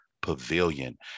pavilion